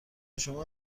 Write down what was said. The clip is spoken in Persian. شما